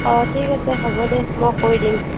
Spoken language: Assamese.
অঁ ঠিক আছে হ'ব দে মই কৈ দিম